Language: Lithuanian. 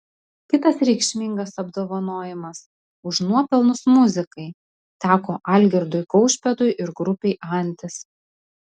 kitas reikšmingas apdovanojimas už nuopelnus muzikai teko algirdui kaušpėdui ir grupei antis